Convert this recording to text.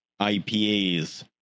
IPAs